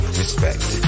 respect